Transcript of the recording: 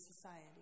society